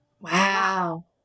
Wow